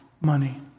money